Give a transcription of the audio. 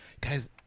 guys